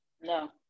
No